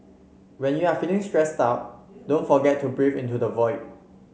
when you are feeling stressed out don't forget to breathe into the void